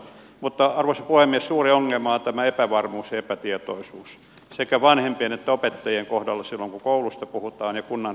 mutta arvoisa puhemies suuri ongelma on tämä epävarmuus ja epätietoisuus sekä vanhempien että opettajien kohdalla silloin kun kouluista puhutaan ja kunnan rakennuksista